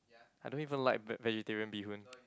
I don't even like ve~ vegetarian bee hoon